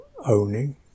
owning